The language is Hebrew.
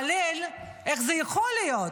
איך זה יכול להיות?